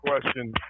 question